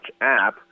app